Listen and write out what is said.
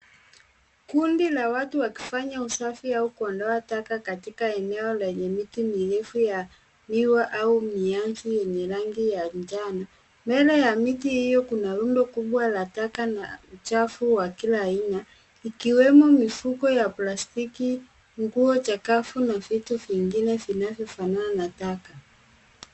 Kundi la watu wakifanya usafi au kuondoa taka, katika eneo lenye miti mirefu ya miwa au mianzi yenye rangi ya njano. Mbele ya miti hiyo kuna rundo kubwa la taka na uchafu wa kila aina, ikiwemo mifuko ya plastiki, nguo chakavu na vitu vingine vinavyofanana na taka.